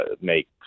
make